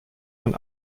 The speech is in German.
von